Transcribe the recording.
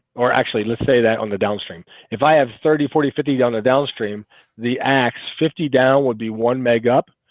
or actually let's say that on the downstream if i have thirty forty fifty dollar downstream the acts fifty down would be one meg up.